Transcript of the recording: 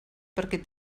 perquè